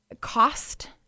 cost